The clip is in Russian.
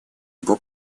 его